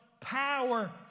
power